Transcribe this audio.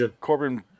Corbin